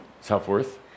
Self-worth